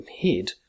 head